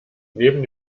neben